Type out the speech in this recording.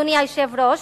אדוני היושב-ראש?